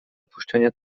opuszczenia